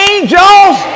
Angels